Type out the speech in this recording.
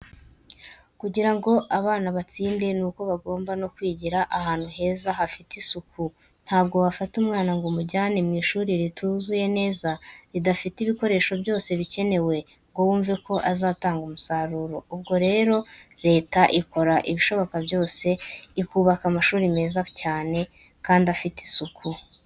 Kugira ngo abana batsinde ni uko bagomba no kwigira ahantu heza hafite isuku. Ntabwo wafata umwana ngo umujyane mu ishuri rituzuye neza, ridafite ibikoresho byose bikenewe ngo wumve ko azatanga umusaruro. ubwo rero leta ikora ibishoboka byose ikubaka amashuri meza cyane kandi afite isuku.